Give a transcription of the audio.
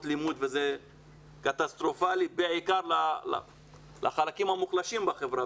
לימוד דבר שהוא קטסטרופה בעיקר לחלקים המוחלשים בחברה,